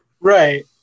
Right